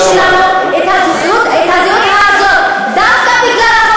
יש לי הזכות לדבר בשמם.